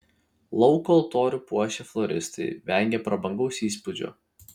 lauko altorių puošę floristai vengė prabangos įspūdžio